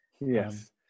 Yes